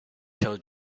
till